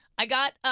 i got, um